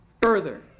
further